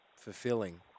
fulfilling